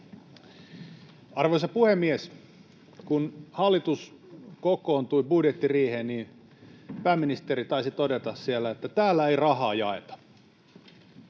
Arvoisa puhemies! Kun hallitus kokoontui budjettiriiheen, niin pääministeri taisi todeta siellä, että ”täällä ei rahaa jaeta”.